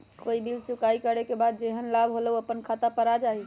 कोई बिल चुकाई करे के बाद जेहन लाभ होल उ अपने खाता पर आ जाई?